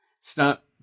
Stop